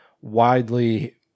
widely